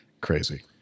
Crazy